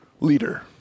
leader